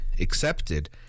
accepted